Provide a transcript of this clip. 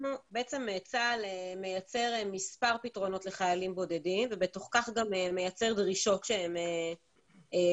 צה"ל מייצר מספר פתרונות לחיילים בודדים ובתוך כך גם מייצר דרישות אל מול